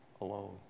alone